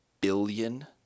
billion